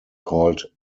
called